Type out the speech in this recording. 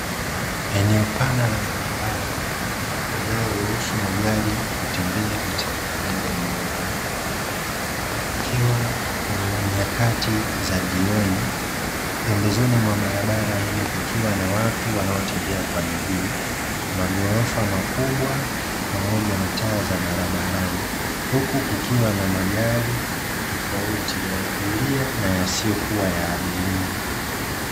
Eneo pana la barabara, linalo ruhusu magari kutembea katika upande mmoja, kukiwa ni nyakati za jioni, pembezoni mwa barabara hiyo kukiwa na watu wanaotembea kwa miguu, maghorofa makubwa pamoja na taa za barabarani, huku kukiwa na magari tofauti ya abiria na yasiyokuwa ya abiria.